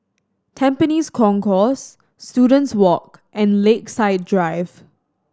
Tampines Concourse Students Walk and Lakeside Drive